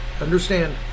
understand